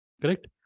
Correct